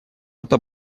это